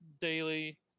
daily